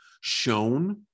shown